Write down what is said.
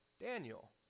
Daniel